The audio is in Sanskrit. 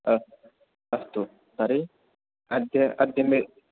अस्तु अरे अद्य अद्य मे